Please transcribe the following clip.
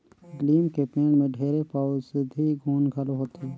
लीम के पेड़ में ढेरे अउसधी गुन घलो होथे